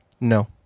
No